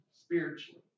spiritually